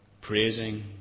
praising